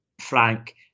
Frank